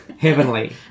Heavenly